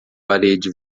parede